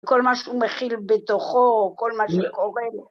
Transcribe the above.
כל מה שהוא מכיל בתוכו, כל מה שקורה...